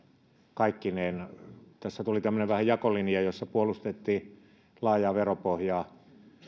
kaikkineen tässä tuli vähän tämmöinen jakolinja jossa puolustettiin laajaa veropohjaa